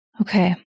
Okay